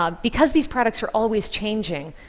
um because these products are always changing,